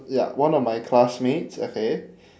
ya one of my classmates okay